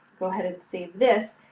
go ahead and save this.